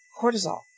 cortisol